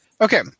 Okay